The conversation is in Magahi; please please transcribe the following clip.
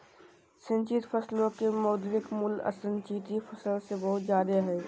सिंचित फसलो के मौद्रिक मूल्य असिंचित फसल से बहुत जादे हय